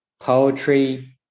poetry